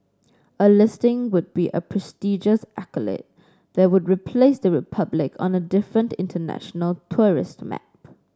a listing would be a prestigious accolade that would place the Republic on a different international tourist map